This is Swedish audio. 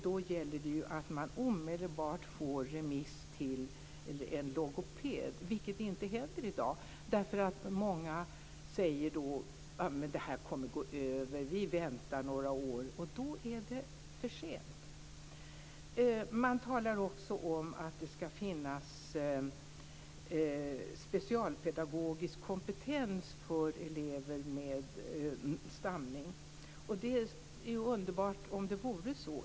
Då gäller det att omedelbart få remiss till en logoped, vilket inte händer i dag. Många säger: Det här kommer att gå över. Vi väntar några år. Men då är det för sent. Man talar också om att det skall finnas specialpedagogisk kompetens för elever med stamning, och det vore underbart om det var så.